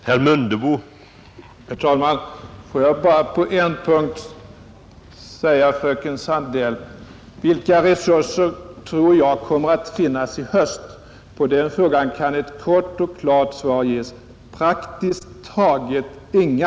Herr talman! Får jag bara på en punkt svara fröken Sandell. Hon frågar vilka resurser för studierådgivande och kurativa insatser jag tror kommer att finnas i höst. På den frågan kan ett kort och klart svar ges: Praktiskt taget inga.